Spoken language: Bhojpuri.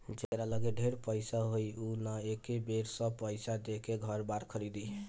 जेकरा लगे ढेर पईसा होई उ न एके बेर सब पईसा देके घर बार खरीदी